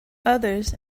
others